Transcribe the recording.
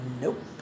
Nope